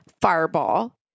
Fireball